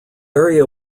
area